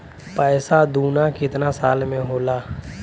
पैसा दूना कितना साल मे होला?